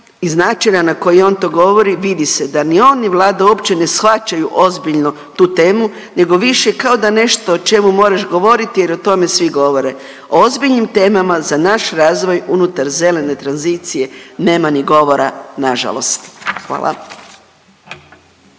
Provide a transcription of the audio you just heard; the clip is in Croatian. iz načina na koji on to govori vidi se da ni on, ni Vlada uopće ne shvaćaju ozbiljno tu temu nego više kao da nešto o čemu moraš govoriti jer o tome svi govore. O ozbiljnim temama za naš razvoj unutar zelene tranzicije nema ni govora nažalost, hvala.